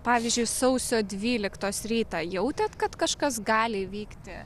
pavyzdžiui sausio dvyliktos rytą jautėt kad kažkas gali įvykti